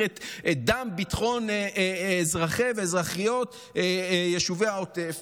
את דם ביטחון אזרחי ואזרחיות יישובי העוטף.